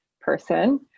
person